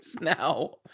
now